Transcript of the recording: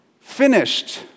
finished